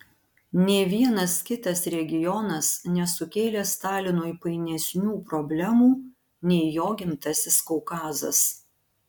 nė vienas kitas regionas nesukėlė stalinui painesnių problemų nei jo gimtasis kaukazas